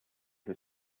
who